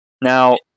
Now